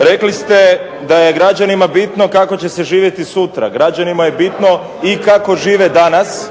Rekli ste da je građanima bitno kako će se živjeti sutra. Građanima je bitno i kako žive danas,